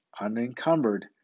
unencumbered